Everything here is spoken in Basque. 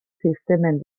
sistemen